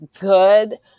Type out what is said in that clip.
good